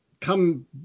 come